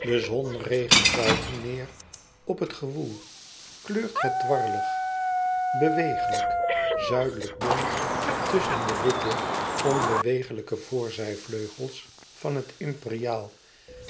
de zon regent buiten goud neêr op het gewoel kleurt het dwaarelig bewegelijk zuidelijk bont tusschen de witte onbewegelijke voor zijvleugels van het imperiaal